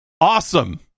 awesome